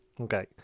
Okay